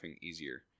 easier